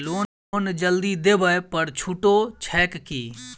Loan जल्दी देबै पर छुटो छैक की?